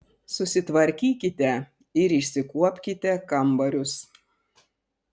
susitvarkykite ir išsikuopkite kambarius